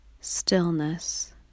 stillness